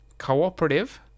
Cooperative